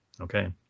Okay